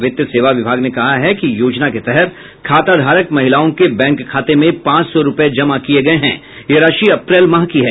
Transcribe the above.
वित्त सेवा विभाग ने कहा है कि योजना के तहत खाताधारक महिलाओं के बैंक खाते में पांच सौ रूपये जमा किये गये हैं यह राशि अप्रैल माह की है